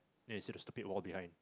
then you say the wall behind